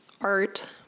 art